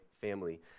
family